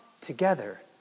together